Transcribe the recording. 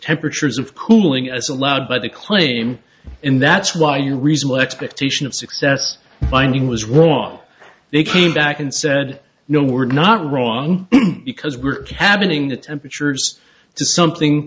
temperatures of cooling as allowed by the claim and that's why you reasonable expectation of success finding was wrong they came back and said no we're not wrong because we're happening the temperature's to something